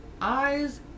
eyes